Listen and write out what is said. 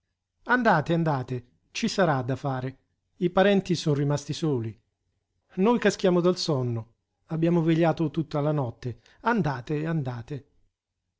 andate andate ci sarà da fare i parenti son rimasti soli noi caschiamo dal sonno abbiamo vegliato tutta la notte andate